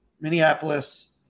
Minneapolis